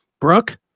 Brooke